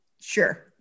sure